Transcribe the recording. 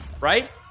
right